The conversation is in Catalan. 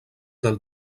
del